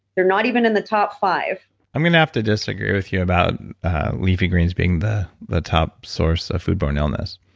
they're not even in the top five i'm going to have to disagree with you about leafy greens being the the top source of foodborne illness.